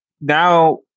Now